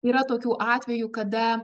yra tokių atvejų kada